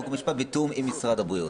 חוק ומשפט בתיאום עם משרד הבריאות.